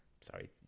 Sorry